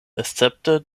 escepte